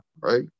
right